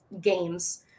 games